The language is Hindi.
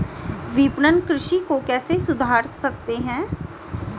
विपणन कृषि को कैसे सुधार सकते हैं?